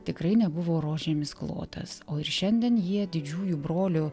tikrai nebuvo rožėmis klotas o ir šiandien jie didžiųjų brolių